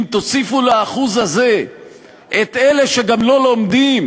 אם תוסיפו לאחוז הזה את אלה שגם לא לומדים,